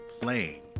playing